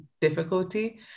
difficulty